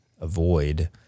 avoid